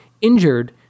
injured